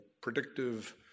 predictive